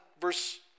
verse